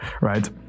right